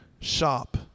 shop